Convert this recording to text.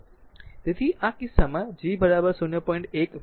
તેથી આ વાસ્તવમાં G 0